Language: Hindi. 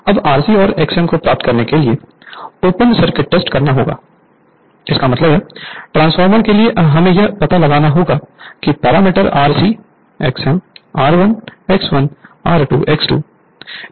Refer Slide Time 0620 अब Rc और Xm को प्राप्त करने के लिए ओपन सर्किट टेस्ट करना होगा इसका मतलब है ट्रांसफार्मर के लिए हमें यह पता लगाना होगा कि parameter Rc Xm R1X1 R2 X2 इन सभी चीजों को प्राप्त कैसे करें